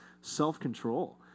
self-control